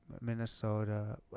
Minnesota